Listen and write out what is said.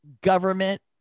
government